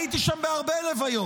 הייתי שם בהרבה לוויות.